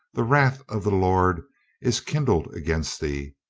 the wrath of the lord is kindled against thee,